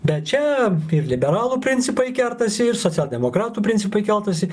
bet čia ir liberalų principai kertasi ir socialdemokratų principai keltasi